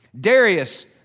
Darius